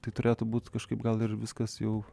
tai turėtų būt kažkaip gal ir viskas jau